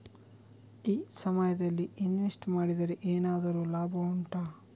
ಈ ಸಮಯದಲ್ಲಿ ಇನ್ವೆಸ್ಟ್ ಮಾಡಿದರೆ ಏನಾದರೂ ಲಾಭ ಉಂಟಾ